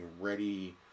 ready